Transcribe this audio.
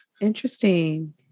Interesting